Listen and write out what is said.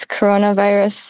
coronavirus